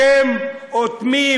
אתם אוטמים